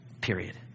Period